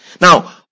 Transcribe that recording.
Now